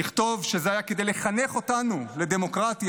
יכתבו שזה היה כדי לחנך אותנו לדמוקרטיה,